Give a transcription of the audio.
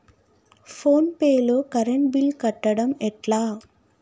Phone pay లో current bill కట్టడం ఎట్లా?